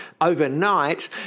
overnight